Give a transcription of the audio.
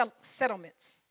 settlements